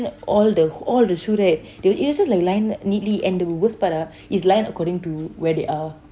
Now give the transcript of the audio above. all the shoe right it was just like lined neatly and the worst part ah it's lined according to where they are